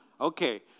Okay